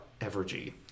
Evergy